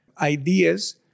ideas